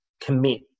commit